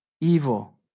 evil